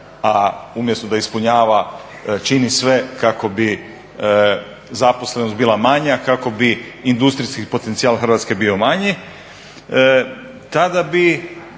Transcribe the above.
a umjesto da ispunjava, čini sve kako bi zaposlenost bila manja, kako bi industrijski potencijal Hrvatske bio manji. Tada bi